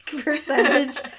percentage